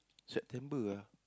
September ah